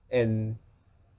and